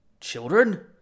Children